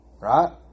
Right